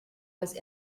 was